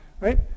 right